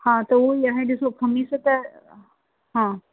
हा त उहो ई आहे खमीस त हा